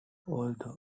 although